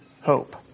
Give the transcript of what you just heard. hope